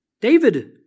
David